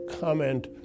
comment